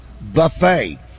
Buffet